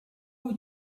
aux